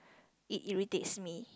it irritates me